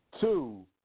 Two